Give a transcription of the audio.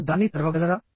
మీరు దాన్ని తెరవగలరా